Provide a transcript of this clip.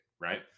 right